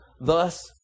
thus